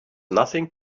nothing